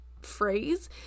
phrase